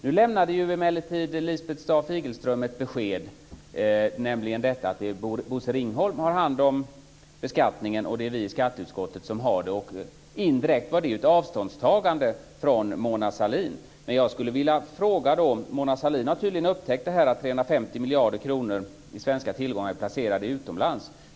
Nu lämnade emellertid Lisbeth Staaf-Igelström ett besked, nämligen detta att Bosse Ringholm har hand om beskattningen och att det är vi i skatteutskottet som bereder förslagen. Indirekt var det ett avståndstagande från Mona Sahlin. Jag skulle vilja ställa några frågor. Mona Sahlin har tydligen upptäckt att 350 miljarder kronor i svenska tillgångar är placerade utomlands.